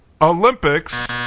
Olympics